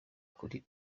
kuri